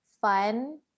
fun